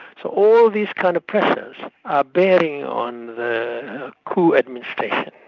so all these kind of pressures are bearing on the coup administration.